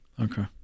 Okay